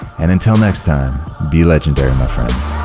and until next time, be legendary, my friends.